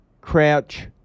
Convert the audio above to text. crouch